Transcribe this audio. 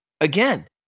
Again